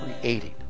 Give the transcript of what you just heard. creating